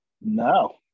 No